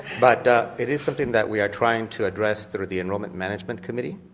but it is something that we are trying to address through the enrollment management committee.